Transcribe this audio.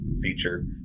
feature